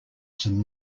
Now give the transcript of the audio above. some